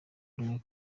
rumwe